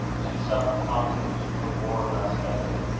she suffered constantly from more or less headache,